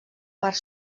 part